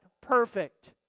Perfect